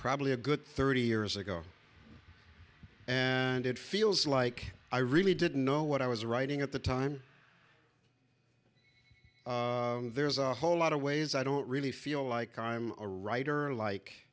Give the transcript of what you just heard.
probably a good thirty years ago and it feels like i really didn't know what i was writing at the time there's a whole lot of ways i don't really feel like i'm a writer like